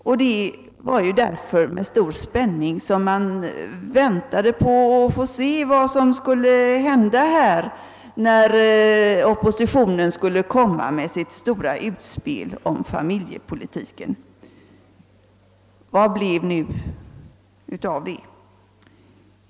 Därför var det med spänning jag väntade på vad som skulle hända när oppositionen gjorde sitt stora utspel i familjepolitiken. Och vad blev det då av det utspelet?